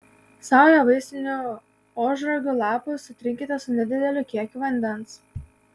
saują vaistinių ožragių lapų sutrinkite su nedideliu kiekiu vandens